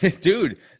Dude